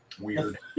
Weird